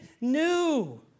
new